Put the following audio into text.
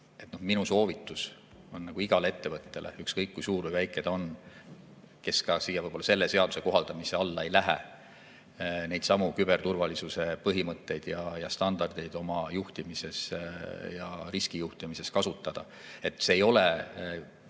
minu soovitus on igale ettevõttele – ükskõik kui suur või väike ta on, võib-olla ta ka selle seaduse kohaldamise alla ei lähe – neidsamu küberturvalisuse põhimõtteid ja standardeid oma juhtimises ja riskijuhtimises kasutada. See ei ole